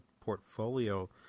portfolio